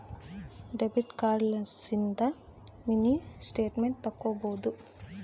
debit card ಲಿಸಿಂದ mini statement ತಕ್ಕೊಬೊದು